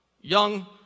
young